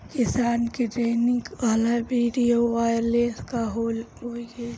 किसान के ट्रेनिंग वाला विडीओ वायरल हो गईल बा